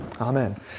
Amen